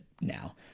now